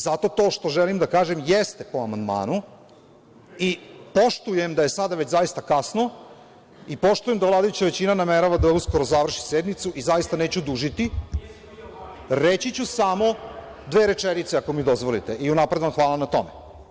Zato, to što želim da kažem jeste po amandmanu i poštujem da je sada već zaista kasno i poštujem da vladajuća većina namerava da uskoro završi sednicu i zaista neću dužiti, reći ću samo dve rečenice, ako mi dozvolite, i unapred vam hvala na tome.